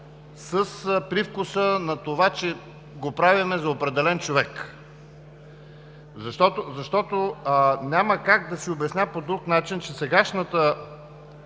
с привкуса, че го правим за определен човек. Няма как да си обясня по друг начин, че сегашната